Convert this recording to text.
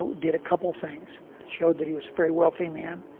so did a couple things showed that he was very wealthy man.